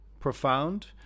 Profound